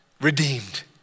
Redeemed